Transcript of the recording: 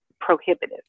prohibitive